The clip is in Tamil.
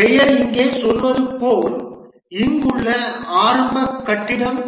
பெயர் இங்கே சொல்வது போல் இங்குள்ள ஆரம்ப கட்டிடம்